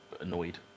annoyed